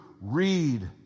read